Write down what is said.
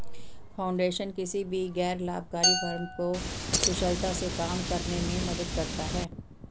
foundation किसी भी गैर लाभकारी फर्म को कुशलता से काम करने में मदद करता हैं